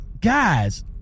guys